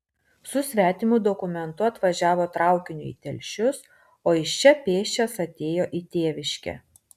su svetimu dokumentu atvažiavo traukiniu į telšius o iš čia pėsčias atėjo į tėviškę